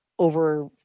over